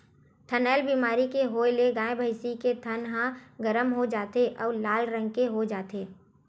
थनैल बेमारी के होए ले गाय, भइसी के थन ह गरम हो जाथे अउ लाल रंग के हो जाथे